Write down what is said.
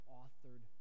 authored